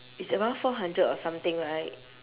is around four hundred or something right